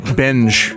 binge